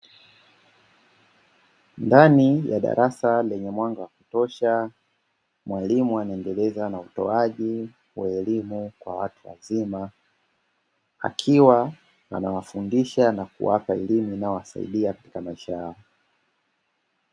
Ndani ya darasa lenye mwanga wa kutosha, mwalimu anaendeleza na utoaji wa elimu kwa watu wazima, akiwa anawafundisha na kuwapa elimu inayowasaidia katika maisha yao.